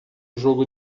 jogo